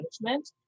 management